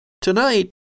Tonight